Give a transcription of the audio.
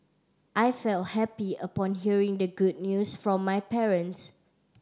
I felt happy upon hearing the good news from my parents